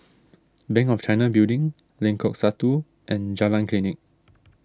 Bank of China Building Lengkok Satu and Jalan Klinik